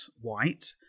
white